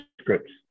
scripts